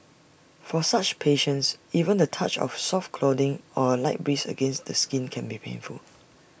for such patients even the touch of soft clothing or A light breeze against the skin can be painful